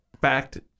Fact